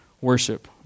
worship